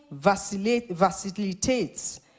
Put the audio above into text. facilitates